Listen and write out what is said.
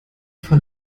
fall